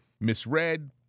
misread